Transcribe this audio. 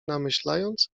namyślając